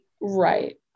Right